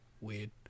weird